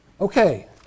Okay